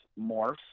morph